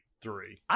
three